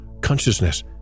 consciousness